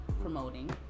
promoting